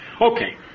Okay